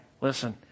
listen